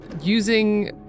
Using